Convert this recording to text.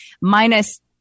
Minus